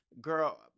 girl